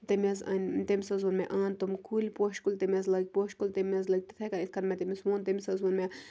تٔمۍ حظ أنۍ تٔمِس حظ ووٚن مےٚ اَن تِم کُلۍ پوشہِ کُلۍ تٔمۍ حظ لٲگۍ پوشہِ کُلۍ تٔمۍ حظ لٲگۍ تِتھَے کٔنۍ یِتھ کٔنۍ مےٚ تٔمِس ووٚن تٔمِس حظ ووٚن مےٚ